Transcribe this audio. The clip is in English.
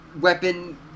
weapon